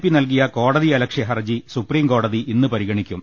P നൽകിയ കോടതിയലക്ഷ്യ ഹർജി സുപ്രീംകോടതി ഇന്ന് പരിഗണിക്കും